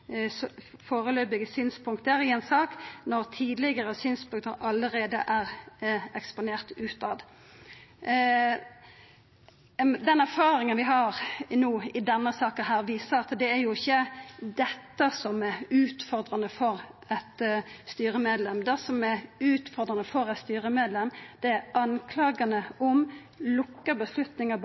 sine foreløpige synspunkter i en sak når tidlige synspunkter allerede er eksponert utad.» Den erfaringa vi har i denne saka, viser at det ikkje er dette som er utfordrande for eit styremedlem. Det som er utfordrande for eit styremedlem, er